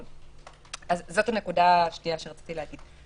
זאת הנקודה השנייה שרציתי להגיד.